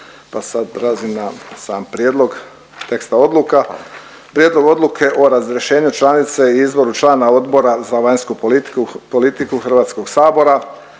pa sad prelazim na sam prijedlog teksta odluka. Prijedlog odluke o razrješenju članice i izboru člana Odbora za vanjsku politiku Hrvatskog sabora